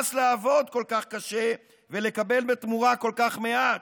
נמאס לעבוד כל כך קשה ולקבל בתמורה כל כך מעט.